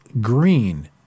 green